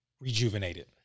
rejuvenated